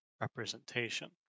representation